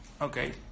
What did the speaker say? Okay